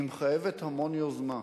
היא מחייבת המון יוזמה,